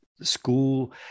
school